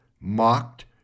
mocked